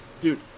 Dude